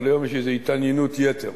אבל היום יש איזו התעניינות יתר.